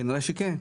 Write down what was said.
כנראה שכן.